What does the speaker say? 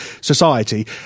society